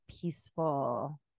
peaceful